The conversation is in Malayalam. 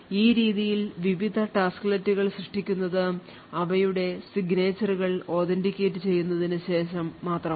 ഈ രീതിയിൽ വിവിധ ടാസ്ക്ലെറ്റുകൾ സൃഷ്ടിക്കുന്നത് അവയുടെ signature കൾ authenticate ചെയ്തതിനു ശേഷം മാത്രമാണ്